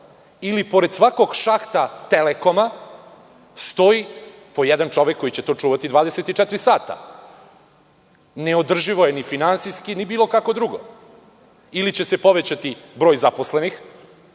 ili svakog šahta „Telekoma“ stoji po jedan čovek koji će to čuvati 24 sata. Neodrživo je finansijski i bilo kako drugo. Ili će se povećati broj zaposlenih,